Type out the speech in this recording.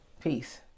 Peace